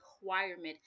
requirement